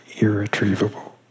irretrievable